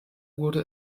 wurde